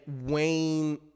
Wayne